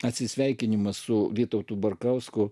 atsisveikinimas su vytautu barkausku